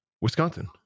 Wisconsin